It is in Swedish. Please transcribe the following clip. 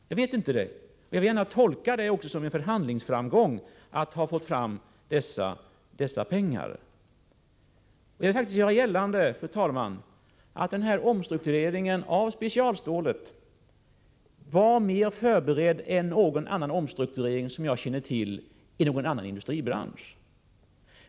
Jag vill gärna tolka det som en förhandlingsframgång att vi fick fram dessa pengar. Jag vill faktiskt göra gällande, fru talman, att omstruktureringen av specialstålsindustrin var mer förberedd än någon annan omstrukturering som jag känner till i någon annan industribransch.